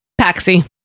Paxi